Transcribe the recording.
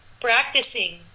practicing